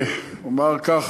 אומר כך,